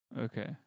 Okay